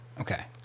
Okay